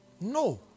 No